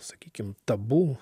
sakykim tabu